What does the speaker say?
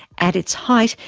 at its height,